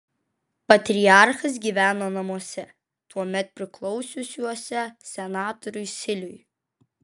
patriarchas gyveno namuose tuomet priklausiusiuose senatoriui siliui